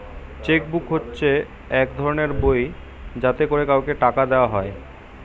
check book হচ্ছে এক ধরনের বই যাতে করে কাউকে টাকা দেওয়া হয়